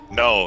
no